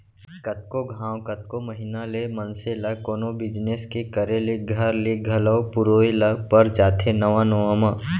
कतको घांव, कतको महिना ले मनसे ल कोनो बिजनेस के करे ले घर ले घलौ पुरोय ल पर जाथे नवा नवा म